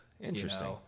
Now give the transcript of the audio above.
interesting